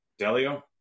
Delio